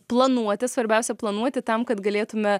planuoti svarbiausia planuoti tam kad galėtume